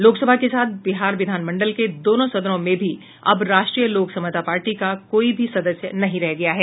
लोकसभा के साथ बिहार विधान मंडल के दोनों सदनों में भी अब राष्ट्रीय लोक समता पार्टी का कोई भी सदस्य नहीं रह गया है